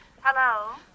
Hello